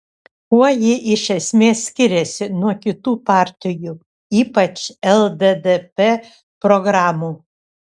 kuo ji iš esmės skiriasi nuo kitų partijų ypač lddp programų